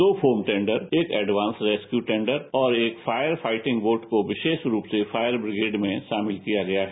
दो foam tender एक advance rescue tender एक फायर फायटिंग बोट को विशेष रूप से फायर ब्रिगेड में शामिल किया गया है